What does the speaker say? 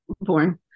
born